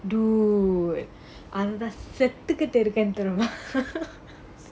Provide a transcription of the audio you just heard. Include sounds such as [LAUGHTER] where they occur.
dude அதுல நா செத்துக்கிட்டு இருக்கேன் தெரிமா:athula naa seththukkittu irukkaen therimaa [LAUGHS]